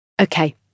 Okay